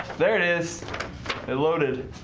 there it is it loaded